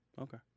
Okay